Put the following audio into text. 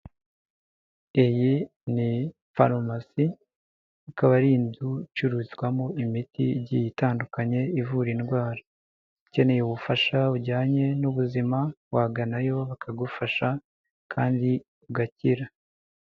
Iyi ni farumasi ikaba ari inzu icururizwamo imiti igiye itandukanye ivura indwara ukeneye ubufasha bujyanye n'ubuzima waganayo bakagufasha kandi ugakira.